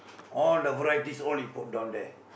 all the varieties all you put down there